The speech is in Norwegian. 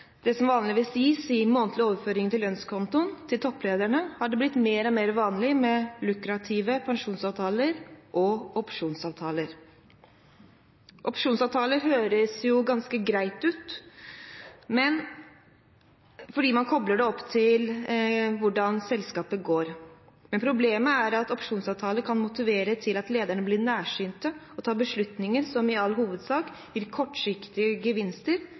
blitt mer og mer vanlig med lukrative pensjonsavtaler og opsjonsavtaler. Opsjonsavtaler høres ganske greit ut, fordi man kobler det opp til hvordan selskapet går, men problemet er at opsjonsavtaler kan føre til at lederne blir nærsynte og tar beslutninger som i all hovedsak gir kortsiktige gevinster,